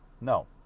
No